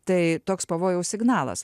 tai toks pavojaus signalas